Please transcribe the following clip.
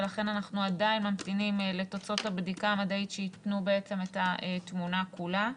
ולכן אנחנו עדיין ממתינים לתוצאות הבדיקה המדעית שייתנו את התמונה כולה.